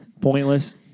pointless